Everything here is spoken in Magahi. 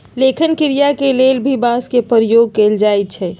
लेखन क्रिया के लेल भी बांस के प्रयोग कैल जाई छई